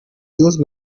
fuse